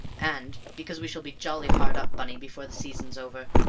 and because we shall be jolly hard up, bunny, before the season's over!